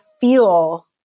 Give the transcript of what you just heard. feel